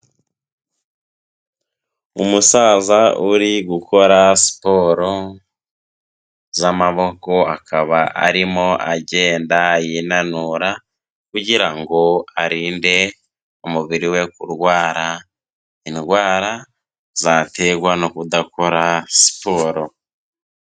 Umusaza uri gukora siporo z'amaboko, akaba arimo agenda yinanura kugira ngo arinde umubiri we kurwara indwara zaterwa no kudakora siporo.